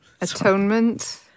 Atonement